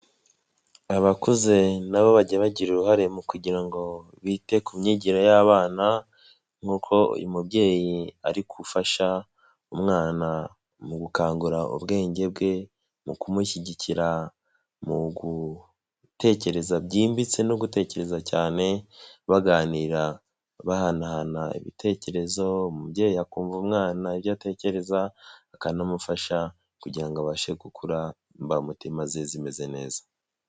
Abakuze nabo bajya bagira uruhare mu kugira ngo bite ku myigire y'abana nk'uko uyu mubyeyi ari gufasha umwana mu gukangura ubwenge bwe mu kumushyigikira mu gutekereza byimbitse no gutekereza cyane baganira bahanahana ibitekerezo umubyeyi akumva umwana ibyo atekereza akanamufasha kugira ngo abashe gukura imbamutima ze zimeze neza.